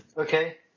Okay